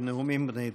בנאומים בני דקה.